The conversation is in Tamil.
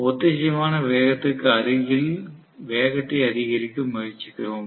ஒத்திசைவான வேகத்திற்கு அருகில் வேகத்தை அதிகரிக்க முயற்சிக்கிறோம்